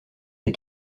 des